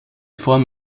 form